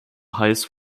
highest